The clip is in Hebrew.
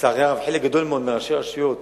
לצערי הרב, חלק גדול מאוד מראשי הרשויות